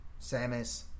Samus